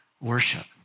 worship